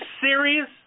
serious